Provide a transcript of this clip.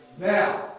Now